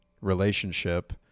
relationship